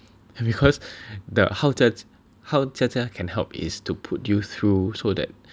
because the how Jia J~ how Jia Jia can help is to put you through so that